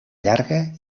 llarga